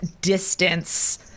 distance